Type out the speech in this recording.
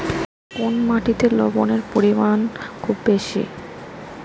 কোন মাটিতে লবণের পরিমাণ খুব বেশি?